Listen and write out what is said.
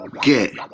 Get